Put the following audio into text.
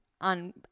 on